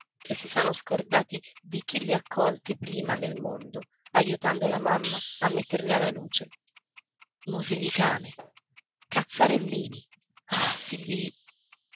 che si sono scordati di chi li ha accolti prima nel mondo ajutando la mamma a metterli alla luce musi di cane cazzarellini ah figli